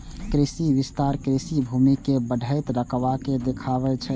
कृषि विस्तार कृषि भूमि के बढ़ैत रकबा के देखाबै छै